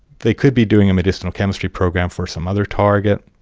there could be doing a medicinal chemistry program for some other target.